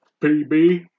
PB